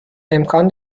امکان